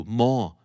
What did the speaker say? more